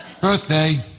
Birthday